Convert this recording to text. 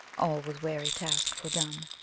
all with weary task fordone.